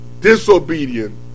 disobedient